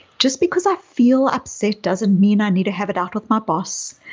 just because i feel upset doesn't mean i need to have it out with my boss.